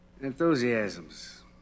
enthusiasms